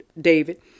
David